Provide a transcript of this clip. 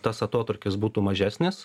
tas atotrūkis būtų mažesnis